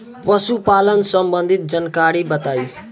पशुपालन सबंधी जानकारी बताई?